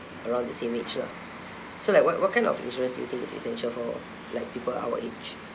around the same age lah so like what what kind of insurance do you think is essential for like people our age